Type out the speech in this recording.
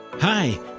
Hi